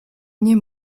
nie